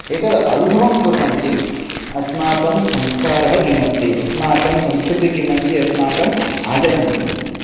एतद् अनुभवं कुर्वन्ति अस्माकं संस्कारः किम् अस्ति अस्माकं संस्कृतिः किमस्ति अस्माकम् आचरणं किमस्ति